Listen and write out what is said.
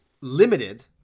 limited